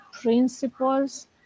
principles